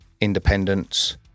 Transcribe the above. independence